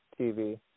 TV